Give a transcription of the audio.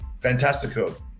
fantastico